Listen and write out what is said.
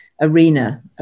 arena